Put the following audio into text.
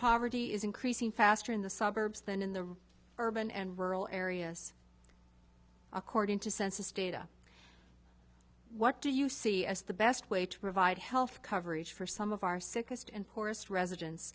poverty is increasing faster in the suburbs than in the urban and rural areas according to census data what do you see as the best way to provide health coverage for some of our sickest and poorest residents